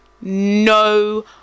no